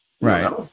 Right